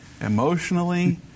emotionally